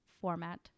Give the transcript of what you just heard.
format